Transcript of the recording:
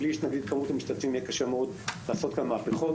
בלי הגדלת מספר המשתתפים יהיה קשה מאוד לעשות כאן מהפכות.